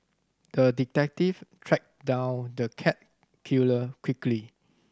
the detective tracked down the cat killer quickly